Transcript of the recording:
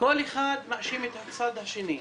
- כל אחד מאשים את הצד השני.